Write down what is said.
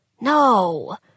No